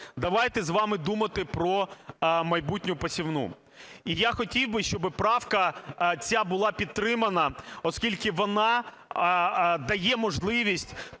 Давайте з вами думати про майбутню посівну. І я хотів би, щоб правка ця була підтримана, оскільки вона дає можливість